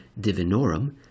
Divinorum